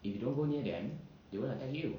if you don't go near them they won't attack you